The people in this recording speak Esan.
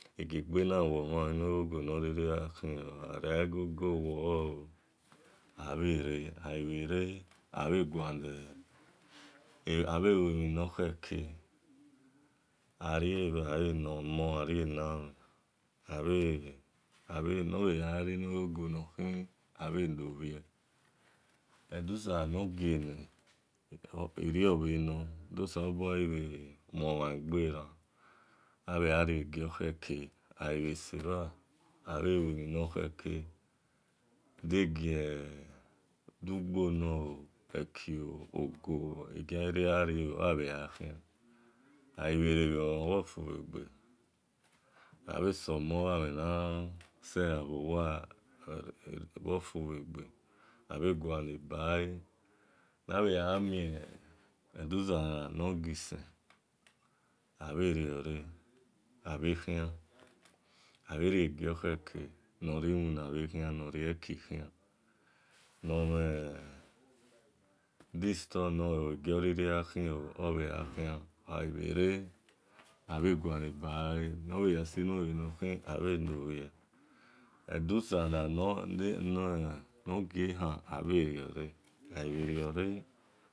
Egie gbenawhan enuegogo noriri gha khioo oghari ghai egogo owolo oo abhere bhe re abhe luemhi nor khere abhe rie-bhale nor mon arie na mhen abhele nor bhe yagha ri nue gogo no khi abhe no bhi edusala nor nor giene erio bhe nor do selobua oghibhe muo mhan egbe ran abhe gha rie gio khere aghi bhe sebha abhe lue nor khere day ekinor ogo egia ri ri gharie abhe gha khian aghai re bhe ghon ghon bhor fubhe ghe omobhamhe na zea bho waa abhe guale ba le nabhe ya mie edusala nor gi sen abhe riore abhe khien abhe rie gio khere nor ri wina khian nor rieki rieki nor mhen di store nor gioriri gha khi obhe gha khian ghai bhere abhe guale bale nor ya see nue ghe nor khi abhe lobhie edusala nor gie han abhe riore abhe riore